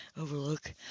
overlook